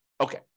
Okay